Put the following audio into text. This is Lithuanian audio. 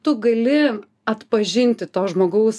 tu gali atpažinti to žmogaus